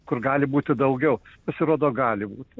kur gali būti daugiau pasirodo gali būti